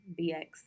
BX